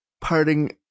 parting